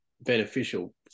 beneficial